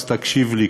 אז תקשיב לי,